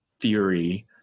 theory